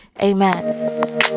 Amen